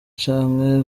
canke